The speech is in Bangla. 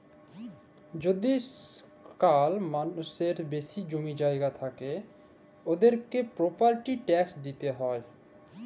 যদি কল মালুসের বেশি জমি জায়গা থ্যাকে উয়াদেরকে পরপার্টি ট্যাকস দিতে হ্যয়